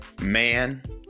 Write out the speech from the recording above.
man